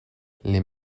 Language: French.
les